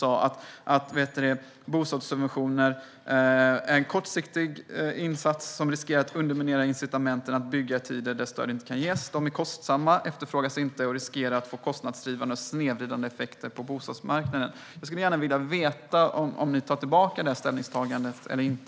Ni sa då att bostadssubventioner är en kortsiktig insats som riskerar att underminera incitamenten att bygga i tider då stödet inte kan ges, att de är kostsamma, inte efterfrågas och riskerar att få kostnadsdrivande och snedvridande effekter på bostadsmarknaden. Jag skulle gärna vilja veta om ni tar tillbaka det ställningstagandet eller inte.